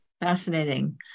Fascinating